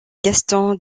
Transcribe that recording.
gaston